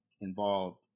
involved